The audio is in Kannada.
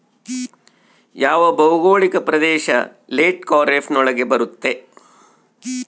ಯಾವ ಭೌಗೋಳಿಕ ಪ್ರದೇಶ ಲೇಟ್ ಖಾರೇಫ್ ನೊಳಗ ಬರುತ್ತೆ?